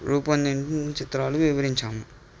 రూపొందించిన చిత్రాలు వివరించాము